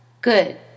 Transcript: Good